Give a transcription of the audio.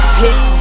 hey